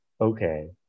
Okay